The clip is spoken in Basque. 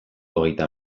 hogeita